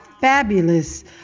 fabulous